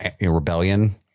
rebellion